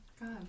god